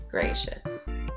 Gracious